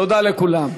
תודה לכולם.